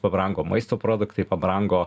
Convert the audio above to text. pabrango maisto produktai pabrango